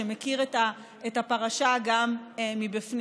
שמכיר את הפרשה גם מבפנים,